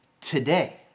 today